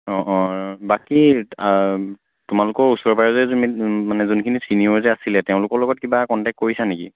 অঁ অঁ বাকী তোমালোকৰ ওচৰৰে পাঁজৰে মানে যোনখিনি চিনিয়ৰ যে আছিলে তেওঁলোকৰ লগত কিবা কণ্টেক্ কৰিছা নেকি